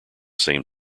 same